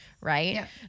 right